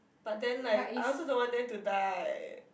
but then like I also don't want them to die